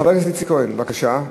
חבר הכנסת איציק כהן, בבקשה,